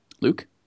Luke